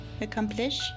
accomplish